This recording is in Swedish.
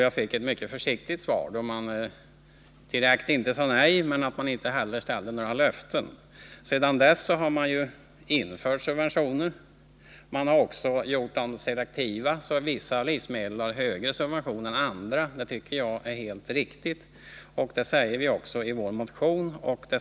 Jag fick ett mycket försiktigt svar — man sade inte direkt nej men gav heller inga löften. Sedan dess har subventioner införts och de har också gjorts selektiva, så att vissa livsmedel subventioneras mer än andra. Det tycker jag är helt riktigt, och det säger vi också i vår motion.